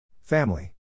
Family